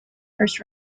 first